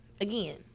again